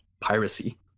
piracy